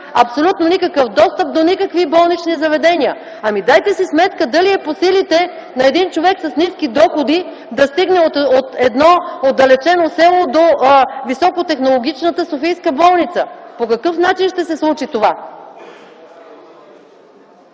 абсолютно никакъв достъп до никакви болнични заведения. Ами, дайте си сметка дали е по силите на човек с ниски доходи да стигне от едно отдалечено село до високотехнологичната софийска болница? По какъв начин ще се случи това?